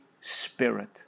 Spirit